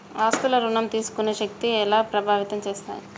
ఆస్తుల ఋణం తీసుకునే శక్తి ఎలా ప్రభావితం చేస్తాయి?